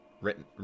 Written